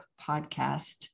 podcast